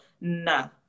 No